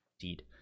Indeed